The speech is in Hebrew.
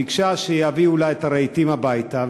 ביקשה שיביאו לה את הרהיטים הביתה,